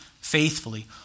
faithfully